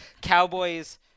Cowboys